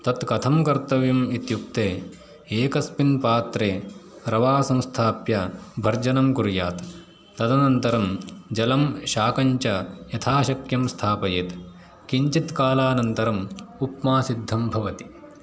तत्कथं कर्तव्यम् इत्युक्ते एकस्मिन् पात्रे रवा संस्थाप्य भर्जनं कुर्यात् तदनन्तरं जलं शाकञ्च यथाशक्यं स्थापयेत् किञ्चित्कालानन्तरं उप्मा सिद्धं भवति